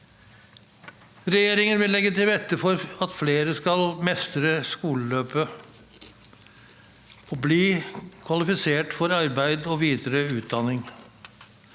Regjeringen vil legge til rette for at flere skal mestre skoleløpet og bli kvalifisert for arbeid og videre utdanning.